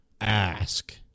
ask